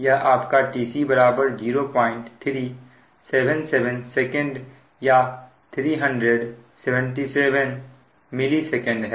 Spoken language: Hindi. यह आपका tc0377 sec या 377 msec है